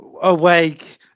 awake